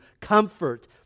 comfort